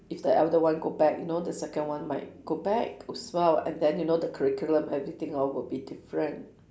if the elder one go back you know the second one might go back as well and then you know the curriculum everything all will be different